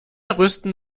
rüsten